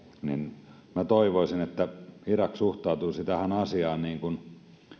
niin minä toivoisin että irak suhtautuisi tähän asiaan niin kuin